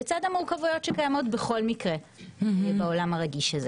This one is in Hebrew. וזה לצד המורכבויות שקיימות בכל מקרה בעולם הרגיש הזה.